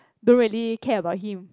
don't really care about him